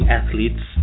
athletes